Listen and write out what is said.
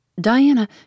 Diana